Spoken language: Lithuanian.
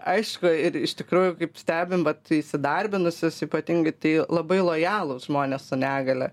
aišku ir iš tikrųjų kaip stebim vat įsidarbinusius ypatingai tai labai lojalūs žmonės su negalia